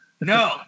No